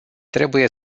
trebuie